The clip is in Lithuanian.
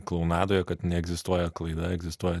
klounadoje kad neegzistuoja klaida egzistuoja